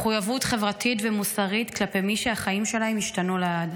מחויבות חברתית ומוסרית כלפי מי שהחיים שלהם השתנו לעד,